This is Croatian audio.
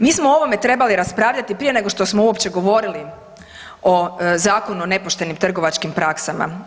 Mi smo o ovome trebali raspravljati prije nego što smo uopće govorili o Zakonu o nepoštenim trgovačkim praksama.